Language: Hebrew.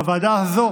ועדת החינוך,